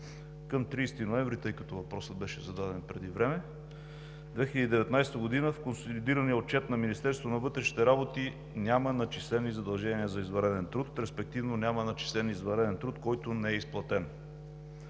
Към 30 ноември 2019 г., тъй като въпросът беше зададен преди време, в консолидирания отчет на Министерството на вътрешните работи няма начислени задължения за извънреден труд, респективно няма начислен извънреден труд, който не е изплатен.